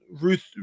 Ruth